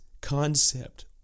concept